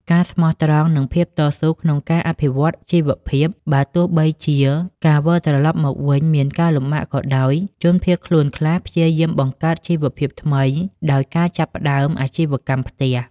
ការស្មោះត្រង់និងភាពតស៊ូក្នុងការអភិវឌ្ឍជីវភាពបើទោះជាការវិលត្រឡប់មកវិញមានការលំបាកក៏ដោយ ជនភៀសខ្លួនខ្លះព្យាយាមបង្កើតជីវភាពថ្មីដោយការចាប់ផ្តើមអាជីវកម្មផ្ទះ។